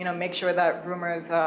you know make sure that rumors,